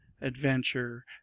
adventure